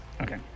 Okay